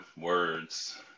Words